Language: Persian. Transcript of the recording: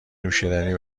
نوشیدنی